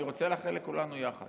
אני רוצה לאחל לכולנו יחד